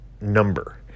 number